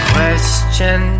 Question